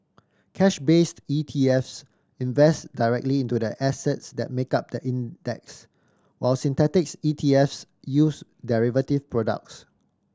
cash based ETFs invest directly into the assets that make up the index while synthetic ETFs use derivative products